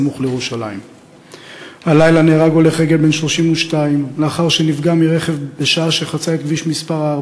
מפגיעת רכב בחניון הרכבת באשקלון,